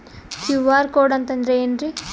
QR code ಅಂತಂದ್ರ ಏನ್ರೀ?